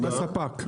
מהספק.